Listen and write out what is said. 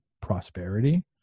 prosperity